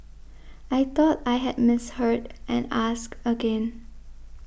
I thought I had misheard and asked again